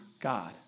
God